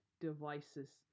devices